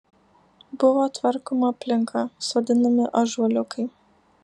buvo tvarkoma aplinka sodinami ąžuoliukai